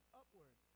upward